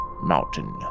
Mountain